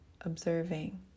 observing